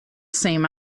same